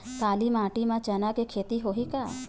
काली माटी म चना के खेती होही का?